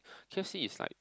K_F_C is like